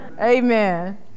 amen